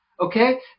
Okay